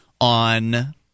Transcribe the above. on